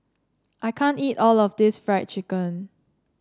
I can't eat all of this Fried Chicken